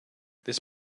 this